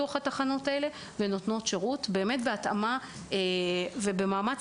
הן נותנות שירות בהתאמה ותוך מאמץ